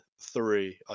three